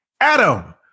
Adam